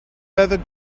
leather